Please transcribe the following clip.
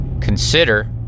consider